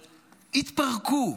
התפרקו.